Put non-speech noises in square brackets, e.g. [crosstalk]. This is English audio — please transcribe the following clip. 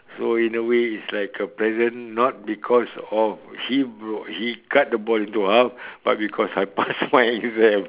so in a way it's like a present not because of he broke he cut the ball into half but because I [laughs] pass my exam